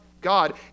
God